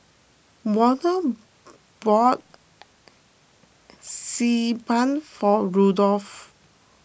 Warner bought Xi Ban for Rudolf